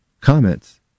comments